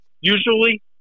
usually